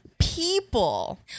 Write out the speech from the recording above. people